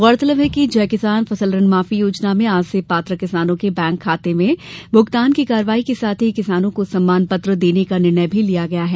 गौरतलब है कि जय किसान ऋण माफी योजना में आज से पात्र किसानों के बैंक खाते में भुगतान की कार्यवाही के साथ ही किसानों को सम्मान पत्र देने का निर्णय भी लिया गया है